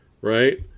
right